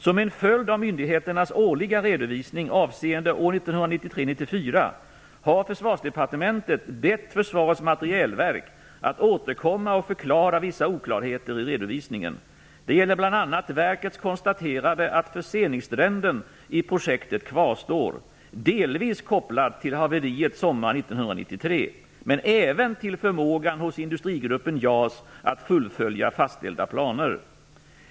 Som en följd av myndigheternas årliga redovisning avseende år 1993/94 har Försvarsdepartementet bett Försvarets materielverk att återkomma och förklara vissa oklarheter i redovisningen. Det gäller bl.a. verkets konstaterande att förseningstrenden i projektet kvarstår, delvis kopplad till haveriet sommaren 1993, men även till förmågan hos Industrigruppen JAS att fullfölja fastställda planer.